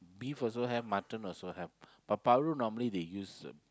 beef also have mutton also have but paru normally they use